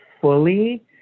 fully